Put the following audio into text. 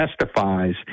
testifies